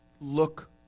look